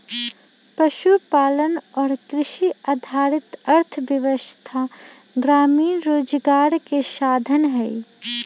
पशुपालन और कृषि आधारित अर्थव्यवस्था ग्रामीण रोजगार के साधन हई